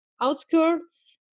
outskirts